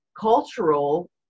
cultural